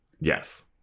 Yes